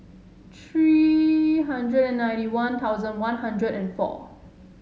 three hundred and ninety One Thousand One Hundred and four